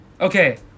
Okay